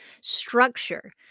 structure